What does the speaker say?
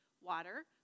Water